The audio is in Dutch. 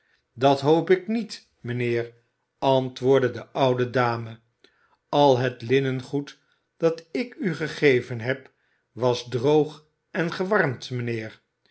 dat hoop ik niet mijnheer antwoordde de oude dame al het linnengoed dat ik u gegeven heb was droog en gewarmd mijnheer